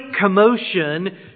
commotion